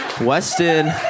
Weston